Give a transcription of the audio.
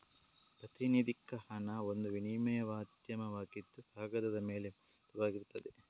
ಪ್ರಾತಿನಿಧಿಕ ಹಣ ಒಂದು ವಿನಿಮಯ ಮಾಧ್ಯಮವಾಗಿದ್ದು ಕಾಗದದ ಮೇಲೆ ಮುದ್ರಿತವಾಗಿರ್ತದೆ